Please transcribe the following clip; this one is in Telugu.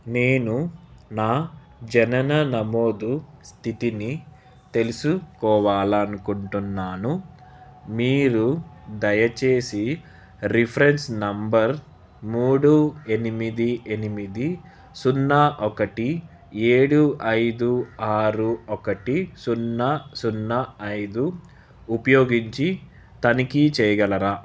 నేను నా జనన నమోదు స్థితిని తెలుసుకోవాలి అనుకుంటున్నాను మీరు దయచేసి రిఫరెన్స్ నెంబర్ మూడు ఎనిమిది ఎనిమిది సున్నా ఒకటి ఏడు ఐదు ఆరు ఒకటి సున్నా సున్నా ఐదు ఉపయోగించి తనిఖీ చెయగలరా